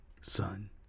Son